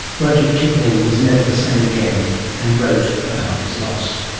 rudyard kipling was never the same again and wrote about his loss.